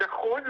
נכון,